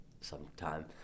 sometime